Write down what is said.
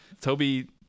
Toby